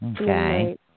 Okay